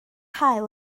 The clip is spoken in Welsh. haul